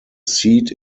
seat